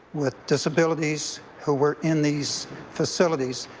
with disabilities who were in these facilities,